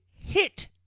hit